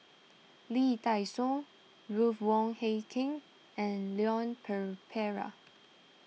Lee Dai Soh Ruth Wong Hie King and Leon